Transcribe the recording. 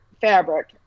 fabric